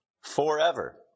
forever